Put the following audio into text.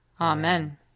Amen